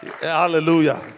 Hallelujah